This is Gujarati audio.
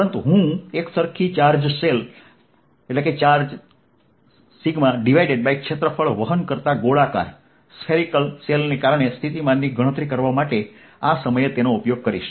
પરંતુ હું એકસરખી ચાર્જ શેલ ચાર્જ ક્ષેત્રફળ વહન કરતા ગોળાકાર શેલને કારણે સ્થિતિમાનની ગણતરી કરવા માટે આ સમયે તેનો ઉપયોગ કરીશ